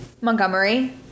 Montgomery